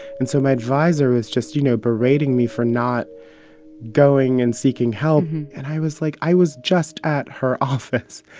and so my advisor was just, you know, berating me for not going and seeking help. and i was like, i was just at her office.